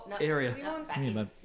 area